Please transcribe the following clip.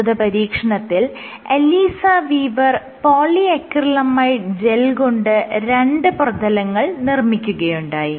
പ്രസ്തുത പരീക്ഷണത്തിൽ Alyssa Weaver polyacrylamide gel കൊണ്ട് രണ്ട് പ്രതലങ്ങൾ നിർമ്മിക്കുകയുണ്ടായി